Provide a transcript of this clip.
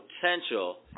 potential